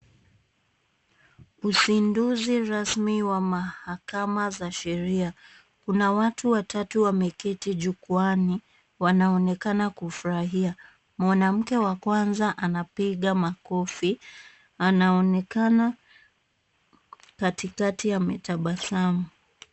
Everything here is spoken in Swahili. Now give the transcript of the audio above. Uzinduzi rasmi wa mahakama za sheria. Kuna watu watatu wameketi jukwani wanaonekana kufurahia, mwanamke wa kwanza anapiga makofi anaonekana katikati ametabasamu.